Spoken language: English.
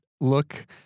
look